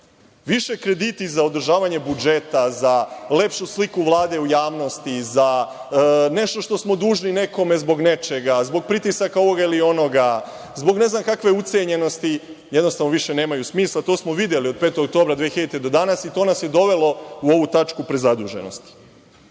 krediti za održavanje budžeta, za lepšu sliku Vlade u javnosti, za nešto što smo dužni nekome zbog nečega, zbog pritisaka ovoga ili onoga, zbog ne znam kakve ucenjenosti, jednostavno više nemaju smisla. To smo videli od 5. oktobra 2000. godine do danas i to nas je dovelo u ovu tačku prezaduženosti. Čuli